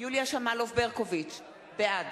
יוליה שמאלוב-ברקוביץ, בעד